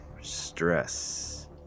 stress